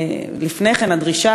לפני כן הדרישה,